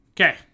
okay